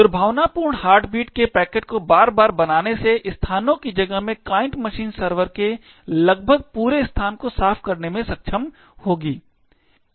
दुर्भावनापूर्ण हार्टबीट के पैकेट को बार बार बनाने से स्थानों की जगहों में क्लाइंट मशीन सर्वर के लगभग पूरे स्थान को साफ़ करने में सक्षम होगी